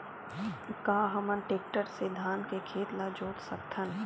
का हमन टेक्टर से धान के खेत ल जोत सकथन?